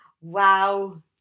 Wow